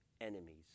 enemies